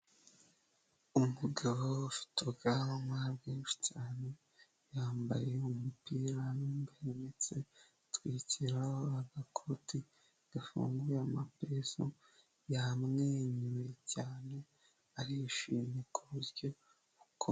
Umugabo ufite ubwanwa bwinshi cyane yambaye umupira mo imbere ndetse atwikiraho agakoti gafunguye amapesu yamwenyuye cyane arishimye ku buryo,